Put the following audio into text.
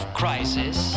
crisis